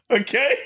okay